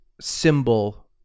symbol